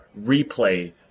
replay